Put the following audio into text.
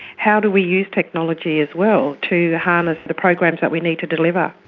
how do we use technology as well to harness the programs that we need to deliver.